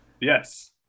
Yes